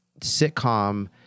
sitcom